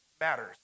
matters